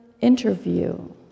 interview